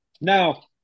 now